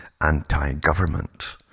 anti-government